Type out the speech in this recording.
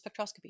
spectroscopy